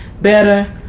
better